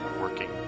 working